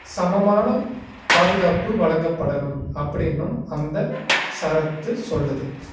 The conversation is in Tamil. சமமான பாதுகாப்பு வழங்கப்படணும் அப்படின்னும் அந்த சரத்து சொல்லுது